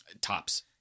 Tops